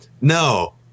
No